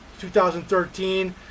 2013